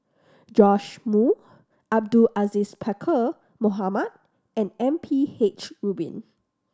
Joash Moo Abdul Aziz Pakkeer Mohamed and M P H Rubin